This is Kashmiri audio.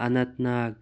اننت ناگ